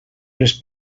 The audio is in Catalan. les